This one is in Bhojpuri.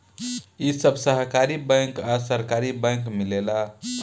इ सब सहकारी बैंक आ सरकारी बैंक मिलेला